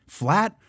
flat